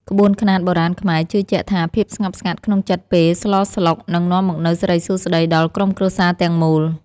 ក្បួនខ្នាតបុរាណខ្មែរជឿជាក់ថាភាពស្ងប់ស្ងាត់ក្នុងចិត្តពេលស្លស្លុកនឹងនាំមកនូវសិរីសួស្តីដល់ក្រុមគ្រួសារទាំងមូល។